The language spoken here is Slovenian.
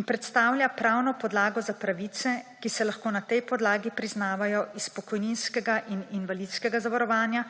in predstavlja pravno podlago za pravice, ki se lahko na tej podlagi priznavajo iz pokojninskega in invalidskega zavarovanja,